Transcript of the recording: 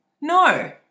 No